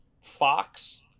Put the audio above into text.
fox